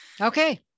okay